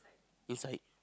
inside